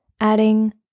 adding